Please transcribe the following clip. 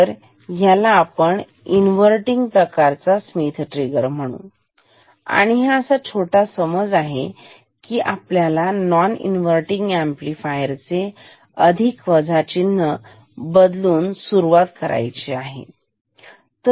तरह्याला म्हणू इन्व्हर्टिनग प्रकारचे Schmitt trigger आणि एक छोटा समज असा आहे कि आपल्याला नॉन इन्व्हर्टिनग अम्प्लिफायर चे अधिक वजा चिन्ह बदलून सुरुवात केली आहे